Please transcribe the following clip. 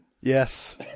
Yes